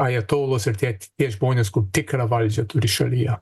ajatolos ir tie tie žmonės kur tikrą valdžią turi šalyje